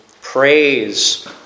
Praise